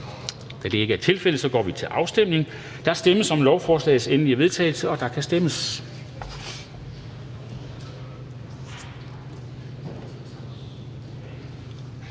Det er ikke tilfældet, så vi går til afstemning. Der stemmes om lovforslagets endelige vedtagelse, og der kan stemmes.